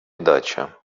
дача